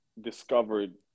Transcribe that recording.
discovered